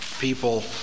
people